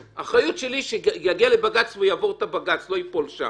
האחריות שלי שכשהוא יגיע לבג"ץ הוא יעבור את הבג"ץ ולא ייפול שם.